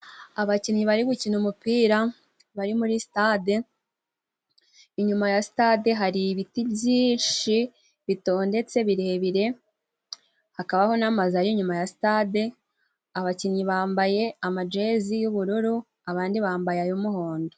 Abakinnyi bari gukina umupira, bari muri sitade. Inyuma ya sitade hari ibiti byinshi bitondetse birebire, hakabaho n'amazu ari inyuma ya sitade. Abakinnyi bambaye amajezi y'ubururu abandi bambaye ay'umuhondo.